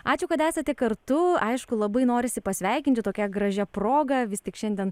ačiū kad esate kartu aišku labai norisi pasveikint čia tokia gražia proga vis tik šiandien